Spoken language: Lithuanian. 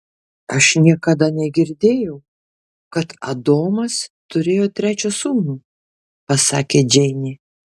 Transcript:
aš niekada negirdėjau kad adomas turėjo trečią sūnų pasakė džeinė